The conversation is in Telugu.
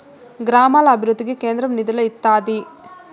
గ్రామాల అభివృద్ధికి కేంద్రం నిధులు ఇత్తాది